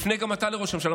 תפנה גם אתה לראש הממשלה,